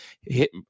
hit